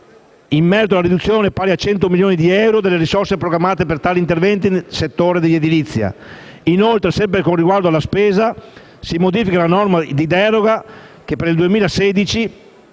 in merito alla riduzione, pari a 100 milioni di euro, delle risorse programmate per tali interventi nel settore dell'edilizia. Inoltre, sempre con riguardo alla spesa sanitaria, si modifica la norma di deroga che per il 2016